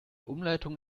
umleitung